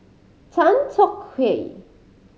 Tan Tong Hye